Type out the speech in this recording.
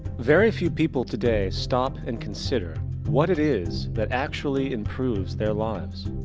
very few people today stop and consider what it is that actually improves their lives.